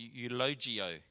eulogio